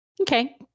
Okay